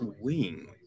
wing